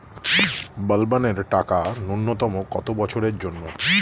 বলবনের টাকা ন্যূনতম কত বছরের জন্য?